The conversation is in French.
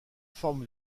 forme